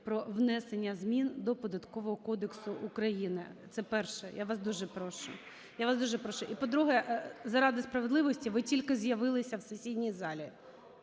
про внесення змін до Податкового кодексу України. Це перше. Я вас дуже прошу. Я вас дуже прошу. І, по-друге, заради справедливості, ви тільки з'явилися в сесійній залі.